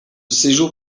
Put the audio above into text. séjour